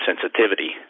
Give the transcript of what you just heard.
sensitivity